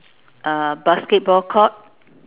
uh basketball court